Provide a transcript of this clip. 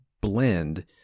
blend